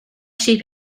sheep